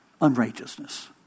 unrighteousness